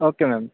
okay ma'am